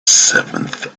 seventh